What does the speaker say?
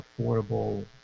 affordable